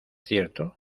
cierto